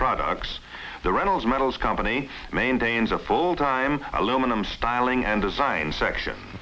products the reynolds metals company maintains a full time aluminum styling and design section